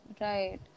Right